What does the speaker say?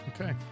Okay